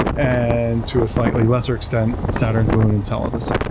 and to a slightly lesser extent, saturn's moon enceladus.